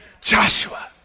Joshua